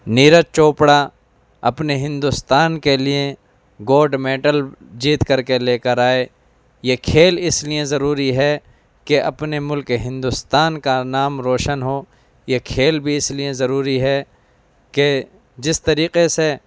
نیرج چوپڑا اپنے ہندوستان کے لیے گوڈ میڈل جیت کر کے لے کر آئے یہ کھیل اس لیے ضروری ہے کہ اپنے ملک ہندوستان کا نام روشن ہو یہ کھیل بھی اس لیے ضروری ہے کہ جس طریقے سے